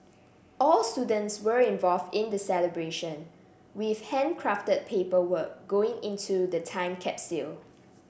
all students were involved in the celebration with handcrafted paperwork going into the time capsule